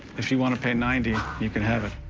if you want to pay ninety, you can have it.